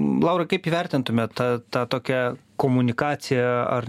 laurai kaip įvertintumėt tą tą tokią komunikaciją ar